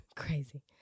Crazy